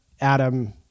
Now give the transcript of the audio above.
Adam